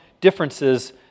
differences